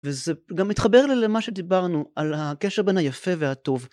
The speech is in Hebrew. וזה גם מתחבר למה שדיברנו, על הקשר בין היפה והטוב.